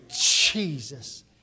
Jesus